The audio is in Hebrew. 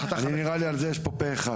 אני נראה לי על זה יש פה פה אחד.